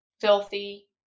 filthy